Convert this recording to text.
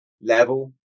level